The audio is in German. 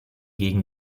gegen